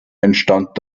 entstand